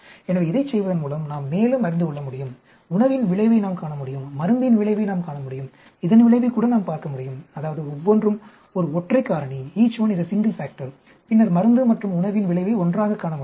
எனவே இதைச் செய்வதன் மூலம் நாம் மேலும் அறிந்து கொள்ள முடியும் உணவின் விளைவை நாம் காண முடியும் மருந்தின் விளைவை நாம் காண முடியும் இதன் விளைவைக் கூட நாம் பார்க்க முடியும் அதாவது ஒவ்வொன்றும் ஒரு ஒற்றை காரணி பின்னர் மருந்து மற்றும் உணவின் விளைவை ஒன்றாகக் காண முடியும்